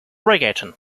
reggaeton